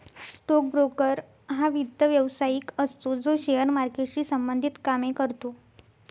stock broker हा वित्त व्यवसायिक असतो जो शेअर मार्केटशी संबंधित कामे करतो